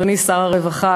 אדוני שר הרווחה,